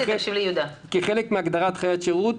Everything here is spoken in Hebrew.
כחלק מהגדרת "חיית שירות",